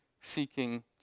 seeking